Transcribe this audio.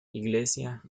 iglesia